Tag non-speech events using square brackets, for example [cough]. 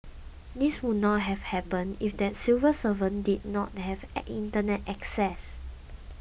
this would not have happened if that civil servant did not have [hesitation] Internet access